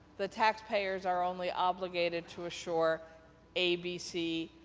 the taxpayers are only obligated to assure a, b, c,